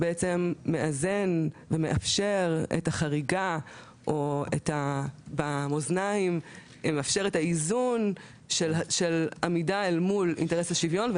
מאזן ומאפשר את החריגה או את האיזון של עמידה אל מול זכות השוויון,